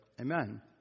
Amen